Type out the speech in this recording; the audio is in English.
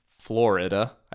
Florida